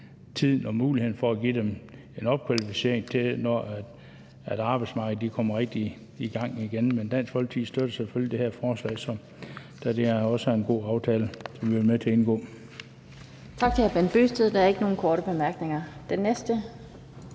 og muligheden for at give dem en opkvalificering til, når arbejdsmarkedet kommer rigtigt i gang igen. Men Dansk Folkeparti støtter selvfølgelig det her forslag, da det også er en god aftale, som vi har været med til at indgå.